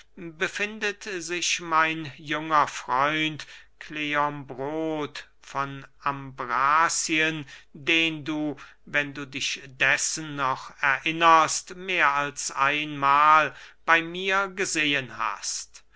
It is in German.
befindet sich mein junger freund kleombrot von ambrazien den du wenn du dich dessen noch erinnerst mehr als einmahl bey mir gesehen hast